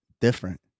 Different